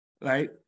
right